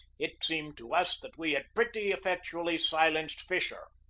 it seemed to us that we had pretty effectually silenced fisher.